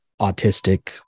autistic